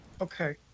Okay